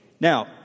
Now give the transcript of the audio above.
Now